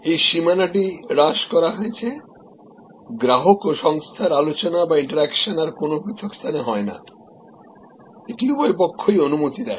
এই সীমানাটি হ্রাস করা হয়েছে গ্রাহক ও সংস্থার আলোচনা বা ইন্টার অ্যাকশন আর কোনও পৃথক স্থানে হয় না এটি উভয় পক্ষই অনুমতি দেয়